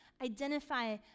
identify